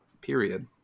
period